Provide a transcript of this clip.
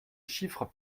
chiffres